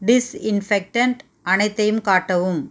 disinfectant அனைத்தையும் காட்டவும்